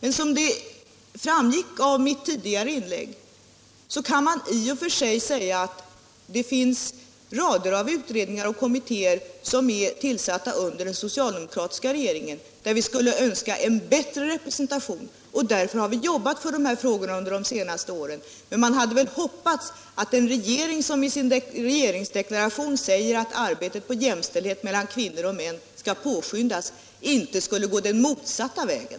Såsom framgick av mitt tidigare inlägg finns det i och för sig rader av utredningar och kommittéer som är tillsatta under den socialdemokratiska regeringen där vi skulle önska en bättre representation av kvinnor. Därför har vi jobbat med de här frågorna under de senaste åren. Men man hade hoppats att en regering som i sin regeringsdeklaration säger att arbetet för jämställdhet mellan kvinnor och män skall påskyndas inte skulle gå den motsatta vägen!